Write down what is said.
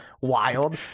wild